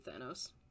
Thanos